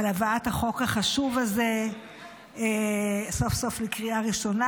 על הבאת החוק החשוב הזה סוף-סוף לקריאה ראשונה.